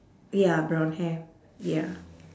ya brown hair ya